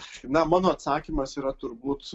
na mano atsakymas yra turbūt